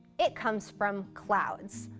it comes from clouds.